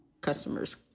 customers